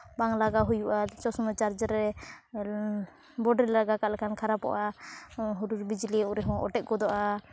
ᱵᱟᱝ ᱞᱟᱜᱟᱣ ᱦᱩᱭᱩᱜᱼᱟ ᱥᱚᱵ ᱥᱚᱢᱚᱭ ᱪᱟᱨᱡᱽ ᱨᱮ ᱵᱳᱨᱰ ᱨᱮ ᱞᱟᱜᱟᱣ ᱠᱟᱜ ᱠᱷᱟᱱ ᱠᱷᱟᱨᱟᱯᱚᱜᱼᱟ ᱦᱩᱰᱩᱨ ᱵᱤᱡᱽᱞᱤ ᱩᱱ ᱨᱮᱦᱚᱸ ᱚᱴᱮᱡ ᱜᱚᱫᱚᱜᱼᱟ